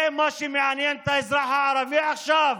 זה מה שמעניין את האזרח הערבי עכשיו,